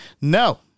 No